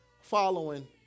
following